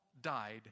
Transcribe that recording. died